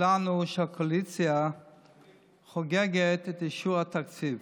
כולנו שהקואליציה חוגגת את אישור התקציב.